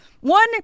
one